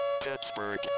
Pittsburgh